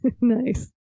Nice